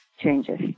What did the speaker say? changes